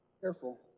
Careful